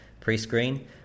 pre-screen